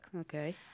Okay